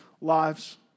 lives